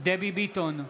דבי ביטון,